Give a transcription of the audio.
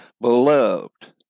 Beloved